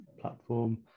platform